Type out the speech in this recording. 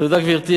תודה, גברתי.